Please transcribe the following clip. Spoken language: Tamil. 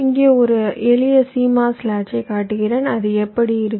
இங்கே ஒரு எளிய CMOS லாட்ச்சை காட்டுகிறேன் அது எப்படி இருக்கும்